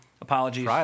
apologies